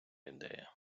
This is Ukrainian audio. ідея